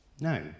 no